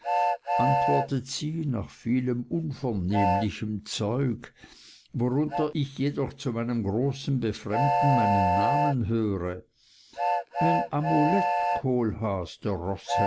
antwortet sie nach vielem unvernehmlichen zeug worunter ich jedoch zu meinem großen befremden meinen namen höre ein amulett kohlhaas